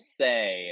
say